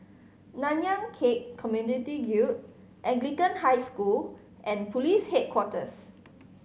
Nanyang Khek Community Guild Anglican High School and Police Headquarters